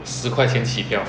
十块钱起票